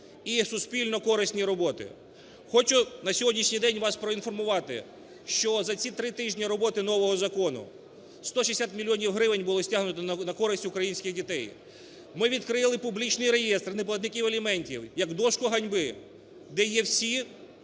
і суспільно корисні роботи. Хочу на сьогоднішній день вас поінформувати, що за ці три тижні роботи нового закону 160 мільйонів гривень було стягнуто на користь українських дітей. Ми відкрили публічний реєстр неплатників аліментів як дошку ганьби, де є всі